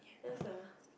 ya sia